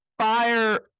fire